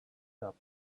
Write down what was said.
cup